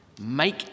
Make